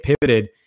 pivoted